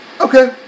okay